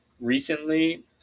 recently